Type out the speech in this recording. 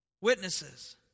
Witnesses